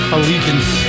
Allegiance